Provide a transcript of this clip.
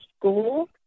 school